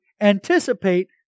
anticipate